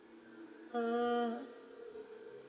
uh